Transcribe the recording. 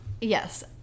yes